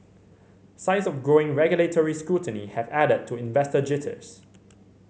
signs of growing regulatory scrutiny have added to investor jitters